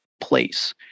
place